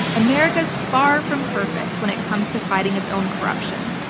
america's far from perfect when it comes to fighting its own corruption.